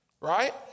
right